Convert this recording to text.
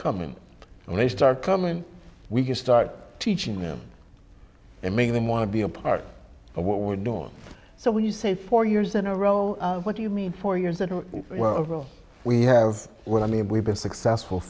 coming and they start coming we can start teaching them it may even want to be a part of what we're doing so when you say four years in a row what do you mean for years that we have well i mean we've been successful